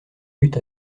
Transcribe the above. lutte